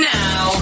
now